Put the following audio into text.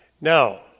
Now